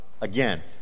again